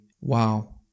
wow